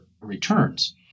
returns